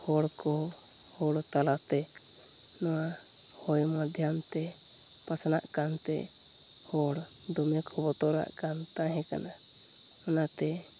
ᱦᱚᱲᱠᱚ ᱦᱚᱲ ᱛᱟᱞᱟᱛᱮ ᱱᱚᱣᱟ ᱦᱚᱭ ᱢᱟᱫᱽᱫᱷᱚᱢᱛᱮ ᱯᱟᱥᱱᱟᱜ ᱠᱟᱱᱛᱮ ᱦᱚᱲ ᱫᱚᱢᱮᱠᱚ ᱵᱚᱛᱚᱨᱟᱜᱠᱟᱱ ᱛᱟᱦᱮᱸ ᱠᱟᱱᱟ ᱚᱱᱟᱛᱮ